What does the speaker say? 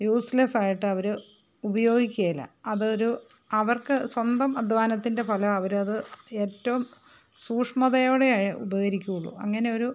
useless ആയിട്ട് അവർ ഉപയോഗിക്കുകയില്ല അതൊരു അവർക്ക് സ്വന്തം അധ്വാനത്തിൻ്റെ ഫലം അവർ അത് ഏറ്റവും സൂക്ഷ്മതയോടെ ഉപകരിക്കുകയുള്ളൂ അങ്ങനെ ഒരു